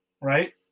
right